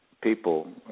people